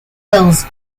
hills